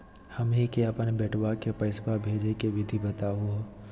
हमनी के अपन बेटवा क पैसवा भेजै के विधि बताहु हो?